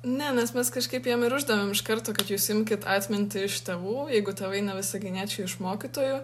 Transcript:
ne nes mes kažkaip jiem ir uždavėm iš karto kad jūs imkit atmintį iš tėvų jeigu tėvai ne visaginiečiai iš mokytojų